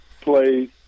plays